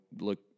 look